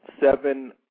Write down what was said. seven